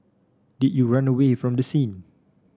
did you run away from the scene